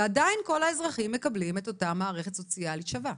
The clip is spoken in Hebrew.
ועדיין כל האזרחים מקבלים את אותה מערכת סוציאלית שווה.